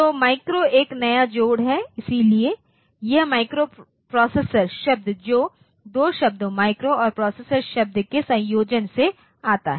तो माइक्रो एक नया जोड़ है इसलिए यह माइक्रोप्रोसेसर शब्द जो दो शब्दों माइक्रो और प्रोसेसर शब्द के संयोजन से आता है